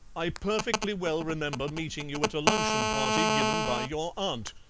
i perfectly well remember meeting you at a luncheon-party given by your aunt,